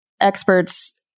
experts